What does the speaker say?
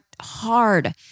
hard